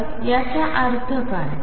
तर याचा अर्थ काय